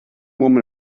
woman